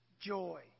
joy